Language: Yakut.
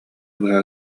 быһа